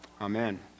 Amen